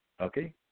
okay